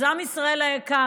אז עם ישראל היקר,